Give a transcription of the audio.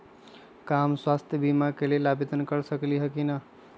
का हम स्वास्थ्य बीमा के लेल आवेदन कर सकली ह की न?